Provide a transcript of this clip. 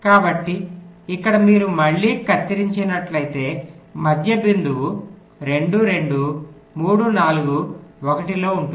కాబట్టి ఇక్కడ మీరు మళ్ళీ కత్తిరించినట్లయితే మధ్య బిందువు 2 2 3 4 1 లో ఉంటుంది